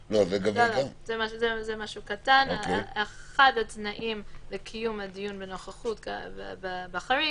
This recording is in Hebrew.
המשפט, כמה דיונים התקיימו ב VC וכמה בטלפון.